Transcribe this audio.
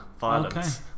violence